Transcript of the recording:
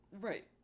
Right